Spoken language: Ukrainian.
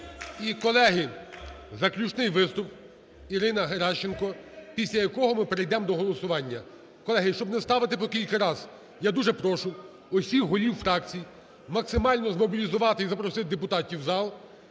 І, колеги, заключний виступ – Ірина Геращенко, після якого ми перейдемо до голосування. Колеги, щоб не ставити по кілька раз, я дуже прошу всіх голів фракцій максимально змобілізувати і запросити депутатів в зал.